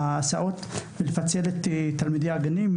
ההסעות כך שיהיה פיצול בהסעות בין תלמידי הגנים,